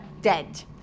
dead